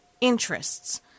interests